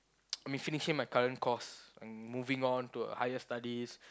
I mean finishing my current course and moving on to higher studies